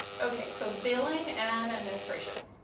okay. so billing and administration.